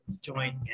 Join